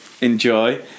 Enjoy